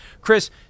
Chris